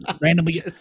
randomly